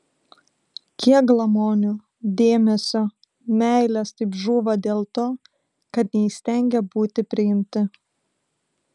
kiek glamonių dėmesio meilės taip žūva dėl to kad neįstengė būti priimti